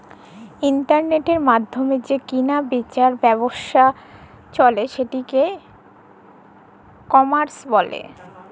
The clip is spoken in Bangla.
ইলটারলেটের মাইধ্যমে যে কিলা বিচার ব্যাবছা চলে সেটকে ই কমার্স ব্যলে